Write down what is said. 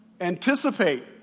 anticipate